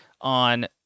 on